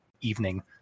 evening